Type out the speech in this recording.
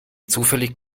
zufällig